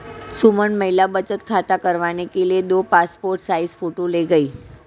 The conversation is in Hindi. सुमन महिला बचत खाता करवाने के लिए दो पासपोर्ट साइज फोटो ले गई